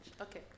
okay